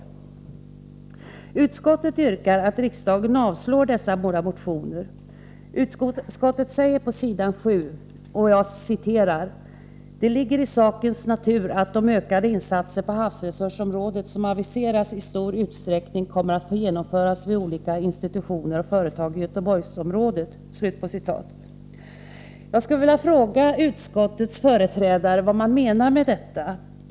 Utskottet yrkar att riksdagen avslår dessa båda motioner. Utskottet säger på s. 7: ”Det ligger också i sakens natur att de ökade insatser på havsresursområdet som aviseras i propositionen i stor utsträckning kommer att få genomföras vid olika institutioner och företag i Göteborgsområdet.” Jag vill fråga utskottets företrädare vad man menar med detta.